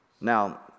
Now